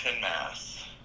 Mass